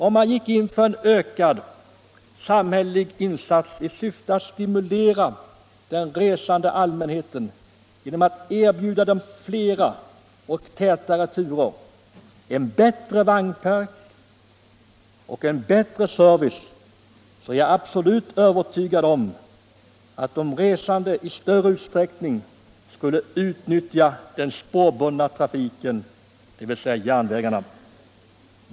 Om man gick in för en ökad samhällelig insats i syfte att stimulera den resande allmänheten, genom att erbjuda den fler och tätare turer, en bättre vagnpark och en bättre service är jag absolut övertygad om att de resande i större utsträckning skulle utnyttja den spårbundna trafiken, dvs. järnvägarna.